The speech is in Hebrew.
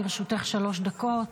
לרשותך שלוש דקות.